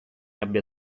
abbia